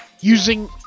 using